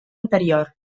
anterior